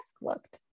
looked